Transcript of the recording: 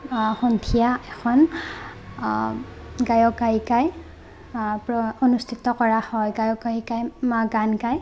সন্ধিয়া এখন গায়ক গায়িকাই প অনুস্থিত কৰা হয় গায়ক গায়িকাই গান গায়